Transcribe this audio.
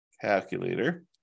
Calculator